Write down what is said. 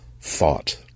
thought